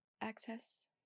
access